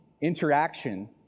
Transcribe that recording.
interaction